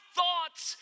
thoughts